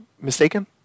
mistaken